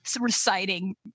reciting